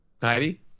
Heidi